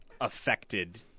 affected